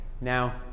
Now